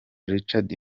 richard